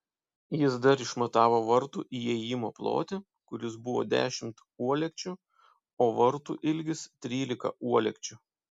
jis dar išmatavo vartų įėjimo plotį kuris buvo dešimt uolekčių o vartų ilgis trylika uolekčių